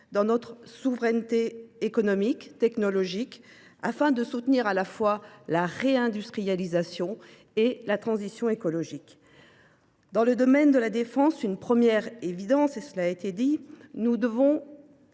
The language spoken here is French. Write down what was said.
dans notre souveraineté économique et technologique, afin de soutenir à la fois la réindustrialisation du continent et la transition écologique. Dans le domaine de la défense, il y a une première évidence : nous devons